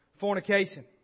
Fornication